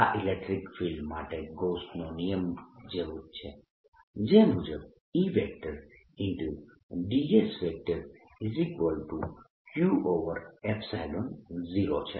આ electric field માટેના ગૌસનો નિયમ જેવું જ છે જે મુજબ E dSQ0 છે